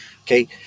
okay